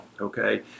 Okay